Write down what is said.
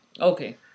Okay